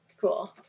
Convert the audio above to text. cool